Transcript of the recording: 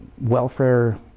welfare